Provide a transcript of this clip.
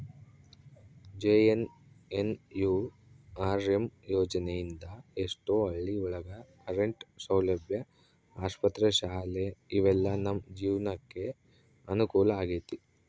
JNNURM ಯೋಜನೆ ಇಂದ ಎಷ್ಟೋ ಹಳ್ಳಿ ಒಳಗ ಕರೆಂಟ್ ಸೌಲಭ್ಯ ಆಸ್ಪತ್ರೆ ಶಾಲೆ ಇವೆಲ್ಲ ನಮ್ ಜೀವ್ನಕೆ ಅನುಕೂಲ ಆಗೈತಿ